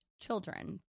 children